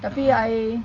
tapi I